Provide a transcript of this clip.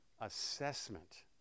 assessment